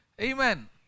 Amen